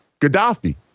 Gaddafi